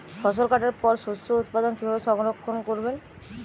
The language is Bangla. ফসল কাটার পর শস্য উৎপাদন কিভাবে সংরক্ষণ করবেন?